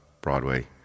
Broadway